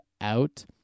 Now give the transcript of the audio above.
out